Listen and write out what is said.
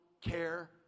care